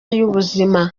y’ubuzima